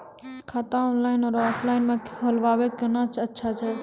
खाता ऑनलाइन और ऑफलाइन म खोलवाय कुन अच्छा छै?